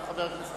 חבר הכנסת אקוניס.